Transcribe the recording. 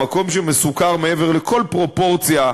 המקום שמסוקר מעבר לכל פרופורציה,